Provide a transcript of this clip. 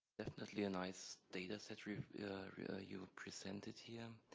definitely a nice data set you've presented here.